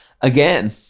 Again